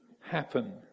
happen